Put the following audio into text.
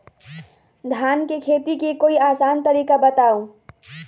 धान के खेती के कोई आसान तरिका बताउ?